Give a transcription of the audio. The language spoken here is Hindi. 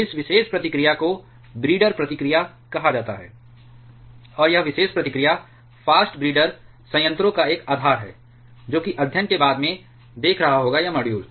इस विशेष प्रतिक्रिया को ब्रीडर प्रतिक्रिया कहा जाता है और यह विशेष प्रतिक्रिया फास्ट ब्रीडर संयंत्रों का एक आधार है जो कि अध्ययन के बाद में देख रहा होगा मॉड्यूल